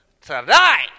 tonight